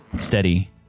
steady